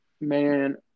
man